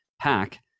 pack